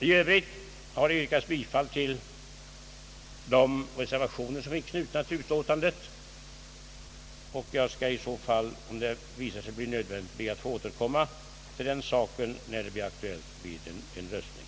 I övrigt har yrkats bifall till de reservationer som är knutna till utlåtandet. Jag skall, om det visar sig nödvändigt, be att få återkomma till dem när det blir aktuellt med en votering.